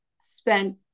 spent